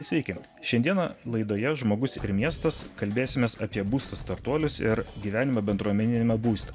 sveiki šiandieną laidoje žmogus ir miestas kalbėsimės apie būstus startuolius ir gyvenimą bendruomeniniame būste